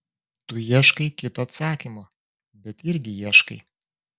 tu ieškai kito atsakymo bet irgi ieškai